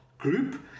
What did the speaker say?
Group